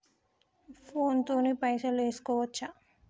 Phone తోని పైసలు వేసుకోవచ్చా?